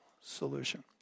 solution